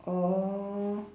orh